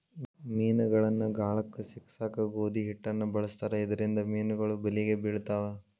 ಮೇನಗಳನ್ನ ಗಾಳಕ್ಕ ಸಿಕ್ಕಸಾಕ ಗೋಧಿ ಹಿಟ್ಟನ ಬಳಸ್ತಾರ ಇದರಿಂದ ಮೇನುಗಳು ಬಲಿಗೆ ಬಿಳ್ತಾವ